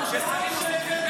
כששרים עושים פיליבסטר,